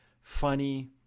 funny